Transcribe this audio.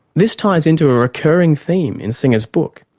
this ties into a recurring theme in singer's book.